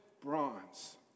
bronze